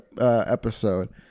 episode